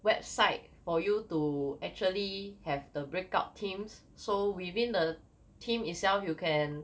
website for you to actually have the breakout teams so within the team itself you can